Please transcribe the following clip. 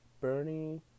Bernie